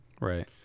Right